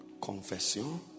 confession